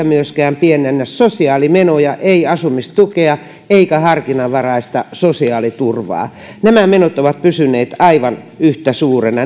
myöskään pienennä sosiaalimenoja ei asumistukea eikä harkinnanvaraista sosiaaliturvaa nämä menot ovat pysyneet aivan yhtä suurena